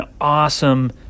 awesome